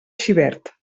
xivert